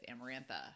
Amarantha